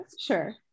sure